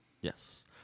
Yes